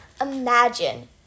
imagine